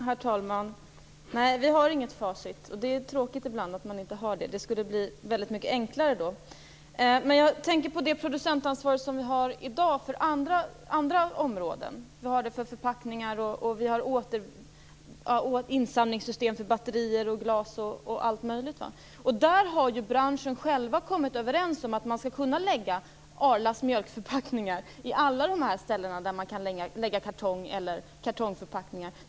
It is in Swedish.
Herr talman! Nej, vi har inget facit, och det är ibland tråkigt att inte ha det. Det skulle bli väldigt mycket enklare då. Jag tänker på det producentansvar vi har på andra områden i dag, t.ex. för förpackningar. Vi har insamlingssystem för batterier, glas och allt möjligt. Där har de i branschen själva kommit överens om att man skall kunna lägga Arlas mjölkförpackningar på alla ställen för kartongförpackningar.